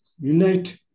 unite